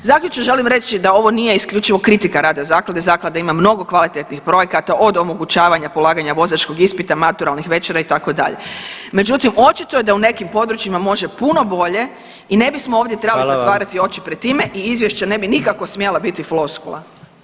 Zaključno želim reći da ovo nije isključivo kritika rada zaklade, zaklada ima mnogo kvalitetnih projekata od omogućavanja polaganja vozačkog ispita, maturalnih večera itd., međutim očito je da u nekim područjima može puno bolje i ne bismo ovdje [[Upadica predsjednik: Hvala vam.]] trebali zatvarati oči pred time i izvješće ne bi nikako smjela biti floskula.